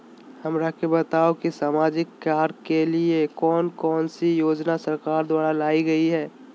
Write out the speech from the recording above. हमरा के बताओ कि सामाजिक कार्य के लिए कौन कौन सी योजना सरकार द्वारा लाई गई है?